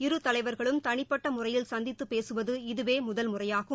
இரு தலைவர்களும் தனிப்பட்ட முறையில் சந்தித்து பேசுவது இதுவே முதல்முறையாகும்